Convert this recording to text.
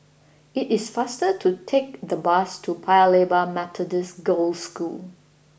it is faster to take the bus to Paya Lebar Methodist Girls' School